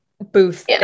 booth